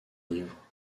livre